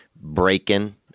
breaking